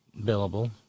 Billable